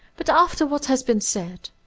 but after what has been said,